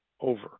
over